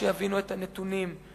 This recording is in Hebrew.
שיבינו את הנתונים,